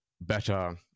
better